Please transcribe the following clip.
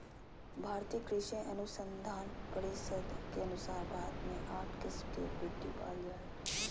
भारतीय कृषि अनुसंधान परिसद के अनुसार भारत मे आठ किस्म के मिट्टी पाल जा हइ